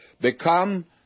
become